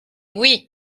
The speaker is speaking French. oui